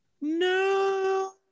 no